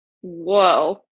whoa